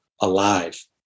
alive